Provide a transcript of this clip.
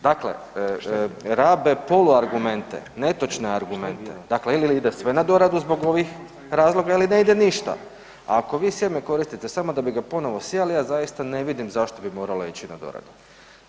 Dakle, rabe poluargumente, netočne argumente dakle ili ide sve na doradu zbog ovih razloga ili ne ide ništa, a ako vi sjeme koristite samo da bi ga ponovo sijali, ja zaista ne vidim zašto bi moralo ići na doradu.